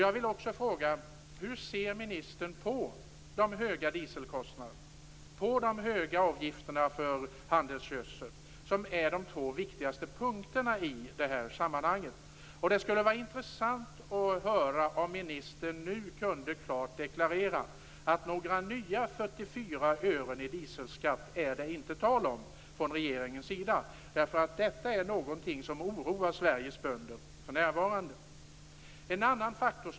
Jag vill också fråga hur ministern ser på de höga dieselkostnaderna och de höga avgifterna för handelsgödsel, som är de två viktigaste punkterna i sammanhanget. Det skulle vara intressant att höra om ministern nu klart kunde deklarera att det inte är tal om några nya 44 ören i dieselskatt från regeringens sida. Detta är nämligen någonting som oroar Sveriges bönder för närvarande.